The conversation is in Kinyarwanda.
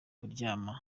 kuryama